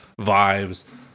vibes